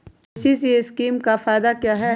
KCC scheme का फायदा क्या है?